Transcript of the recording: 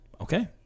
Okay